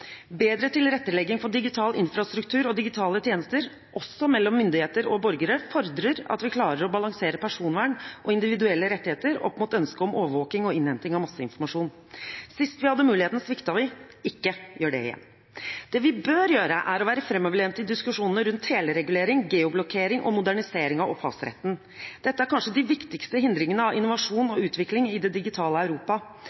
Bedre tilrettelegging for digital infrastruktur og digitale tjenester, også mellom myndigheter og borgere, fordrer at vi klarer å balansere personvern og individuelle rettigheter opp mot ønsket om overvåking og innhenting av masseinformasjon. Sist vi hadde muligheten, sviktet vi. Ikke gjør det igjen. Det vi bør gjøre, er å være framoverlent i diskusjonene rundt teleregulering, geoblokkering og modernisering av opphavsretten. Dette er kanskje de viktigste hindringene for innovasjon og utvikling i det digitale Europa.